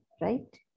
right